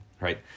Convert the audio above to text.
Right